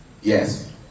Yes